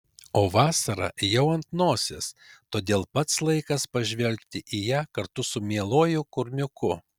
o vasara jau ant nosies todėl pats laikas pažvelgti į ją kartu su mieluoju kurmiuku